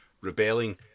rebelling